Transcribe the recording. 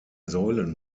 säulen